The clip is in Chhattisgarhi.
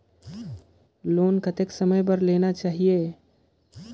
लोन कतेक समय बर लेना चाही?